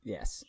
Yes